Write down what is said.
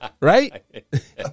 Right